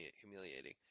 humiliating